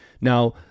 now